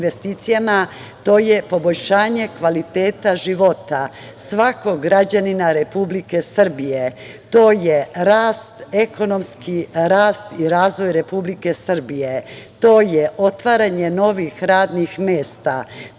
jeste poboljšanje kvaliteta života svakog građanina Republike Srbije. To je ekonomski rast i razvoj Republike Srbije. To je otvaranje novih radnih mesta.